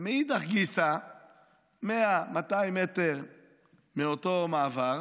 ומאידך גיסא, 100 200 מטר מאותו מעבר